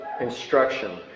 instruction